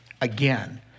again